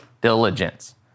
diligence